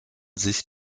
sich